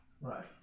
Right